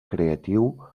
creatiu